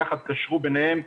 יחד קשרו ביניהם,